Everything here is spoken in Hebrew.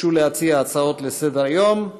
ביקשו להציע הצעות לסדר-היום.